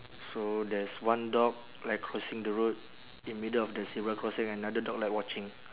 so there's one dog like crossing the road in middle of the zebra crossing another dog like watching